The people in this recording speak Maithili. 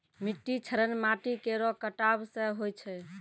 मिट्टी क्षरण माटी केरो कटाव सें होय छै